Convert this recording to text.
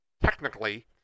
technically